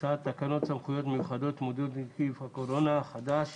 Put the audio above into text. הצעת תקנות סמכויות מיוחדות להתמודדות עם נגיף הקורונה החדש